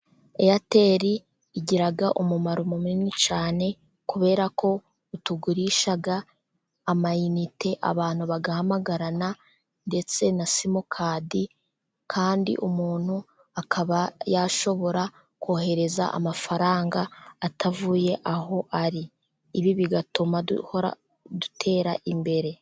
Eyateri igira umumaro munini cyane, kubera ko itugurisha amayinite abantu bagahamagarana, ndetse na simukadi kandi umuntu akaba yashobora kohereza amafaranga, atavuye aho ari ibi bigatuma duhora dutera imbere.